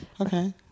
Okay